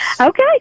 Okay